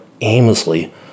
aimlessly